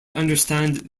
understand